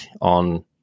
on